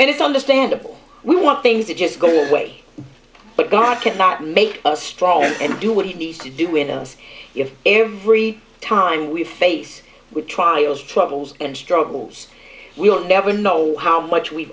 and it's understandable we want things to just go away but god cannot make us strong and do what he needs to do with us every time we face with trials troubles and struggles we'll never know how much we